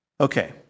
Okay